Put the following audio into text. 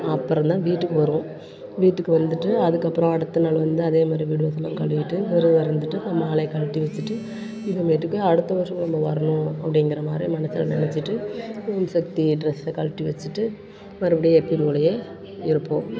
அப்புறம் தான் வீட்டுக்கு வருவோம் வீட்டுக்கு வந்துட்டு அதுக்கப்புறம் அடுத்த நாள் வந்து அதே மாதிரி வீடு வாசல்லாம் கழுவிட்டு விரதம் இருந்துட்டு அப்புறம் மாலையை கழட்டி வச்சிட்டு இனிமேட்டுக்கு அடுத்த வருஷம் நம்ம வரணும் அப்படிங்கிற மாதிரி மனசுல நினச்சிட்டு ஓம் சக்தி ட்ரெஸ் கழட்டி வச்சிட்டு மறுபடியும் எப்போயும் போலவே இருப்போம்